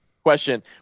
Question